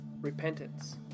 repentance